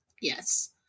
Yes